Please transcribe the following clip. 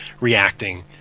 reacting